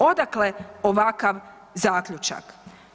Odakle ovakav zaključak?